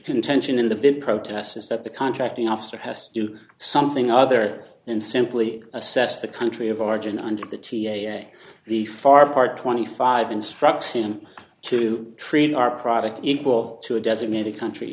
contention in the big protests is that the contracting officer has to do something other than simply assess the country of origin and the t a a the far part twenty five instruction to treat our product equal to a designated country